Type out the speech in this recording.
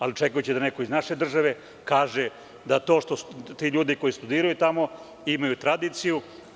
Ali, očekujući da neko iz naše države kaže da ti ljudi koji studiraju tamo imaju tradiciju.